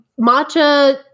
matcha